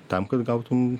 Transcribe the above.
tam kad gautum